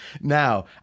Now